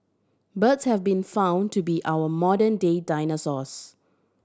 birds have been found to be our modern day dinosaurs